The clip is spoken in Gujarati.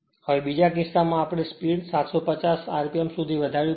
હવે બીજા કિસ્સામાં આપણે સ્પીડ 750 rpm સુધી વધારવી પડશે